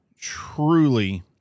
truly